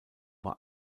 war